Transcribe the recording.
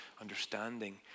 understanding